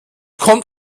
kommt